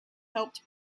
helped